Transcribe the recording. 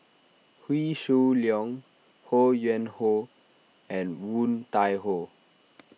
Wee Shoo Leong Ho Yuen Hoe and Woon Tai Ho